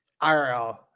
IRL